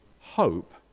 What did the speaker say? hope